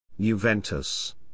Juventus